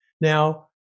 Now